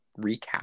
recap